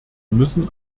müssen